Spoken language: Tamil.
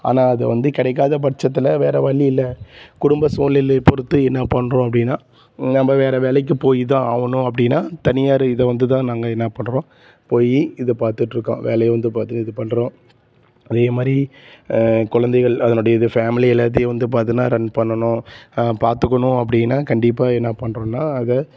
ஆனால் அது வந்து கிடைக்காத பட்சத்தில் வேறு வழி இல்லை குடும்ப சூழ்நிலைய பொறுத்து என்ன பண்ணுறோம் அப்படின்னா நம்ம வேறு வேலைக்குப் போய் தான் ஆகணும் அப்படின்னா தனியார் இதைவந்து தான் நாங்கள் என்ன பண்ணுறோம் போய் இதை பார்த்துட்டுருக்கோம் வேலையை வந்து பார்த்து இது பண்ணுறோம் அதே மாதிரி கொழந்தைகள் அதனுடைய இது ஃபேமிலி எல்லாத்தையும் வந்து பார்த்தீன்னா ரன் பண்ணணும் பார்த்துக்கணும் அப்படின்னா கண்டிப்பாக என்ன பண்ணுறோன்னா அதை